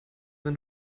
wenn